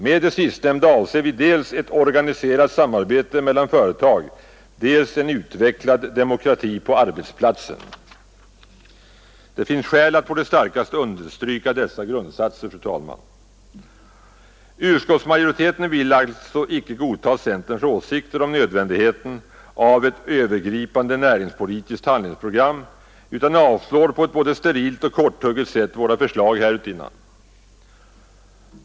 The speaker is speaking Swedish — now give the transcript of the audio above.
Med det sistnämnda avser vi dels ett organiserat samarbete mellan företag, dels en utvecklad demokrati på arbetsplatsen.” Det finns skäl att på det starkaste understryka dessa grundsatser, fru talman. Utskottsmajoriteten vill alltså icke godta centerns åsikter om nödvändigheten av ett övergripande näringspolitiskt handlingsprogram utan avstyrker på ett både sterilt och korthugget sätt våra förslag härutinnan.